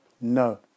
No